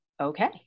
okay